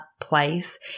place